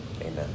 Amen